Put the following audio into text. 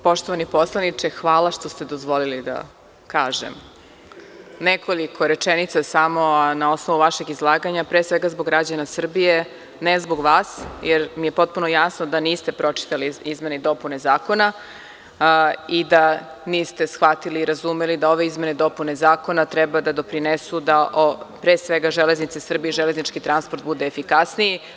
Poštovani poslaniče, hvala što ste dozvolili da kažem nekoliko rečenica, a na osnovu vašeg izlaganja, pre svega zbog građana Srbije, ne zbog vas, jer mi je potpuno jasno da niste pročitali izmene i dopune zakona i da niste shvatili, razumeli da ove izmene i dopune zakona treba da doprinesu, da pre svega „Železnica Srbije“ i železnički transport bude efikasniji.